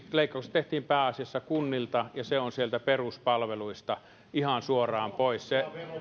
leikkaukset tehtiin pääasiassa kunnilta ja se on sieltä peruspalveluista ihan suoraan pois